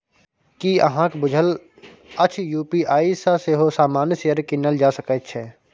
की अहाँक बुझल अछि यू.पी.आई सँ सेहो सामान्य शेयर कीनल जा सकैत छै?